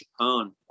Japan